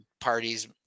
parties